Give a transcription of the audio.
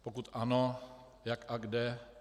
Pokud ano, jak a kde.